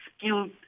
skilled